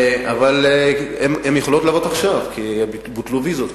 אבל הן יכולות לבוא עכשיו, כי בוטלו ויזות.